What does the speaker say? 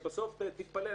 ובסוף תתפלא,